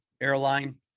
airline